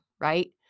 right